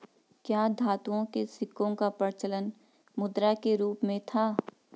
क्या धातुओं के सिक्कों का प्रचलन मुद्रा के रूप में था?